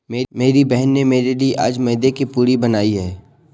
मेरी बहन में मेरे लिए आज मैदे की पूरी बनाई है